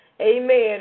amen